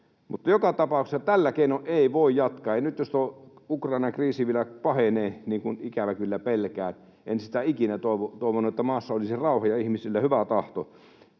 Mutta joka tapauksessa tällä keinoin ei voi jatkaa. Ja nyt, jos tuo Ukrainan kriisi vielä pahenee, niin kuin ikävä kyllä pelkään... En sitä ikinä toivo. Toivon, että maassa olisi rauha ja ihmisillä hyvä tahto.